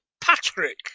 Patrick